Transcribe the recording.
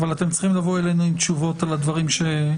אבל אתם צריכים לבוא אלינו עם תשובות על הדברים שהעלנו.